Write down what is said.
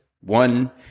one